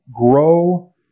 grow